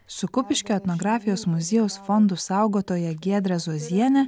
su kupiškio etnografijos muziejaus fondų saugotoja giedrė zuozienė